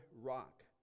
rock